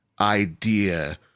idea